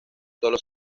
solo